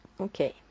Okay